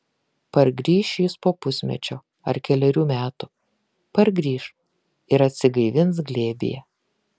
pargrįš jis po pusmečio ar kelerių metų pargrįš ir atsigaivins glėbyje